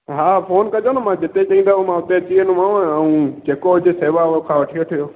हा फोन कजो न मा जिते चईंदा मां उते अची वेदोमांव ऐं जेको हुजे सेवा उहा मूंखां वठी वठिजो